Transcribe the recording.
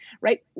right